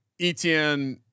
Etn